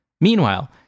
Meanwhile